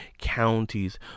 counties